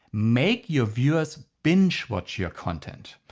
make your viewers binge watch your content.